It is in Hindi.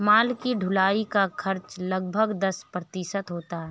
माल की ढुलाई का खर्च लगभग दस प्रतिशत होता है